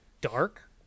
dark